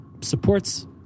supports